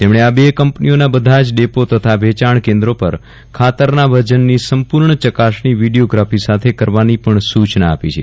તેમણે આ બે કંપનીઓના બધા જ ડેપો તથા વેચાણ કેન્દ્રો પર ખાતરના વજનની સંપૂર્ણ ચકાસણી વીડિયોગ્રાફી સાથે કરવાની પણ સૂચના આપી છે